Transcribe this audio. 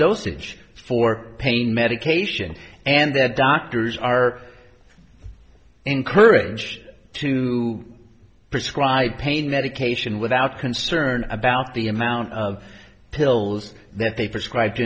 huge for pain medication and that doctors are encourage to prescribe pain medication without concern about the amount of pills that they prescribe